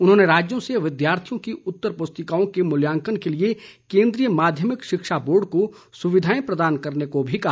उन्होंने राज्यों से विद्यार्थियों की उत्तर पुस्तिकाओं के मूल्यांकन के लिए केंद्रीय माध्यमिक शिक्षा बोर्ड को सुविधाएं प्रदान करने को भी कहा